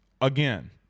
again